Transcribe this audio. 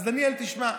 אז דניאל, תשמע,